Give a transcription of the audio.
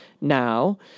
now